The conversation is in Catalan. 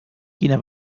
quina